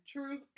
True